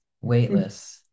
weightless